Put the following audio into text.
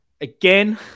again